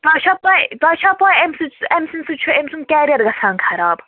تۄہہِ چھا پَے تۄہہِ چھا پَے أمۍ سٕنٛز أمۍ سٕنٛدۍ سۭتۍ چھُ أمۍ سُنٛد کیریر گژھان خراب